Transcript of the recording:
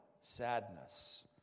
sadness